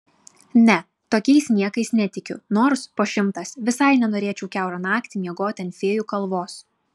ne tokiais niekais netikiu nors po šimtas visai nenorėčiau kiaurą naktį miegoti ant fėjų kalvos